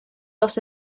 los